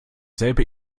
selbe